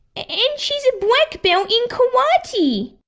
and she's a black belt in karate!